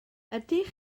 ydych